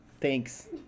Thanks